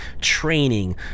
training